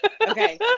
Okay